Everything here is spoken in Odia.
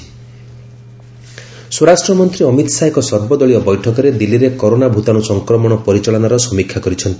ଏଚ୍ଏମ୍ ଅଲ୍ପାର୍ଟି ମିଟିଂ ସ୍ୱରାଷ୍ଟ୍ର ମନ୍ତ୍ରୀ ଅମିତ ଶାହା ଏକ ସର୍ବଦଳୀୟ ବୈଠକରେ ଦିଲ୍ଲୀରେ କରୋନା ଭୂତାଣୁ ସଂକ୍ରମଣ ପରିଚାଳନାର ସମୀକ୍ଷା କରିଛନ୍ତି